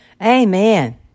Amen